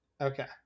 Okay